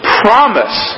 promise